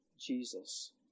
Jesus